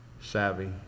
savvy